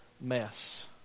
mess